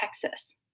Texas